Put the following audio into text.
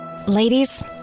Ladies